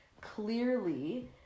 clearly